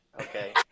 okay